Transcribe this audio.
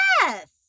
Yes